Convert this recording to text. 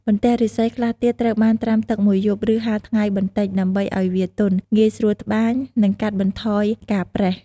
បន្ទះឫស្សីខ្លះទៀតត្រូវបានត្រាំទឹកមួយយប់ ឬហាលថ្ងៃបន្តិច ដើម្បីឱ្យវាទន់ ងាយស្រួលត្បាញ និងកាត់បន្ថយការប្រេះ។